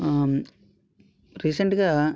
రీసెంట్గా